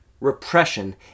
repression